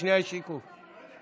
התשפ"ב